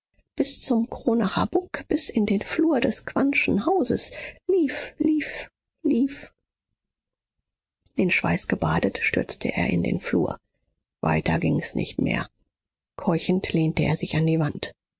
bis zum kronacher buck bis in den flur des quandtschen hauses lief lief lief in schweiß gebadet stürzte er in den flur weiter ging's nicht mehr keuchend lehnte er sich an die wand